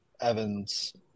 Evans